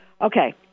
okay